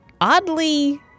oddly